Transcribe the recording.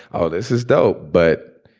oh, this is dope. but,